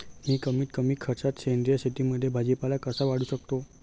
मी कमीत कमी खर्चात सेंद्रिय शेतीमध्ये भाजीपाला कसा वाढवू शकतो?